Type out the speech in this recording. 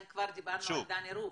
אם כבר דיברנו על דני רופ.